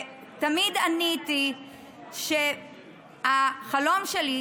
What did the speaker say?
ותמיד עניתי שהחלום שלי,